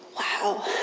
Wow